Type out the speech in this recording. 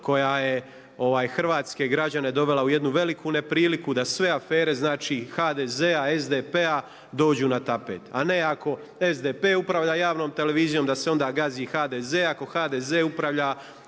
koja je hrvatske građane dovela u jednu veliku nepriliku da sve afere znači HDZ-a, SDP-a dođu na tapet. A ne ako SDP upravlja javnom televizijom da se onda gazi HDZ, ako HDZ upravlja